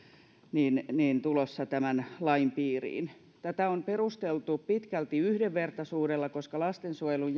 tulossa tämän lain piiriin tätä on perusteltu pitkälti yhdenvertaisuudella koska lastensuojelun